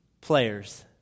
players